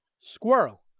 Squirrel